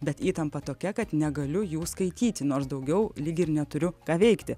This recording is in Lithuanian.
bet įtampa tokia kad negaliu jų skaityti nors daugiau lyg ir neturiu ką veikti